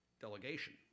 delegation